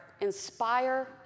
Inspire